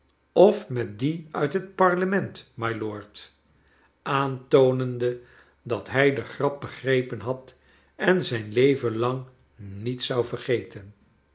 of met die uit het parlernent mylord aantoonende dat hij de grap begrepen had en zijn leven lang niet zou vergeten